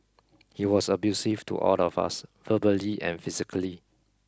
he was abusive to all of us verbally and physically